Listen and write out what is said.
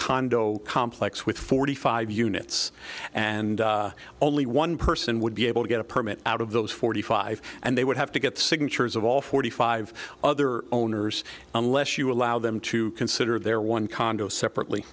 condo complex with forty five units and only one person would be able to get a permit out of those forty five and they would have to get signatures of all forty five other owners unless you allow them to consider their one condo separately